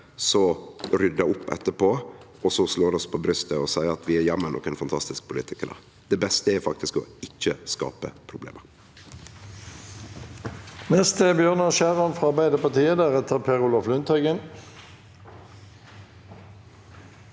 ryddar opp etterpå, og så slår oss på brystet og seier at vi er jammen nokre fantastiske politikarar. Det beste er faktisk å ikkje skape problemet.